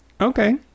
okay